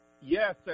Yes